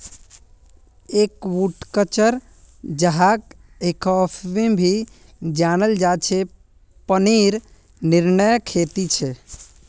aquaculture, जहाक aquafarming भी जनाल जा छे पनीर नियंत्रित खेती छे